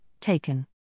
taken